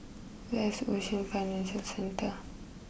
where is Ocean Financial Centre